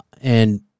and-